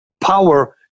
power